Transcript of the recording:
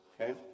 okay